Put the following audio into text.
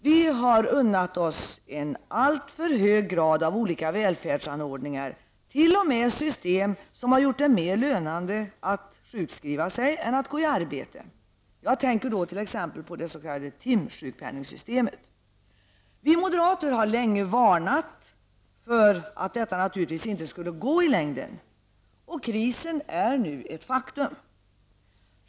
Vi har unnat oss en alltför hög grad av olika välfärdsanordningar, t.o.m. system som gjort det mer lönande att vara sjukskriven än att gå i arbete. Jag tänker t.ex. på det s.k. timsjukpenningsystemet. Vi moderater har länge varnat för att detta naturligtvis inte skulle gå i längden. Krisen är nu ett faktum.